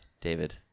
David